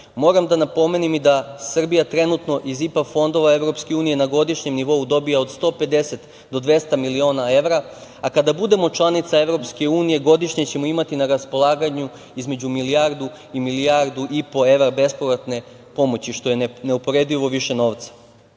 Moram da napomenem i da Srbija trenutno iz IPA fondova Evropske unije na godišnjem nivou dobija od 150 do 200 miliona evra, a kada budemo članica Evropske unije godišnje ćemo imati na raspolaganju između milijardu i milijardu i po evra bespovratne pomoći, što je neuporedivo više novca. Kada